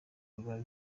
rwa